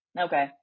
Okay